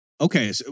Okay